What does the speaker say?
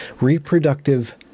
reproductive